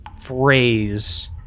phrase